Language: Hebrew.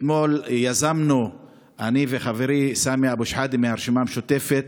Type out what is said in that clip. אתמול יזמנו אני וחברי סמי אבו שחאדה מהרשימה המשותפת,